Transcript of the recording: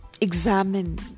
examine